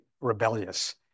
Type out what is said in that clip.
rebellious